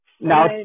Now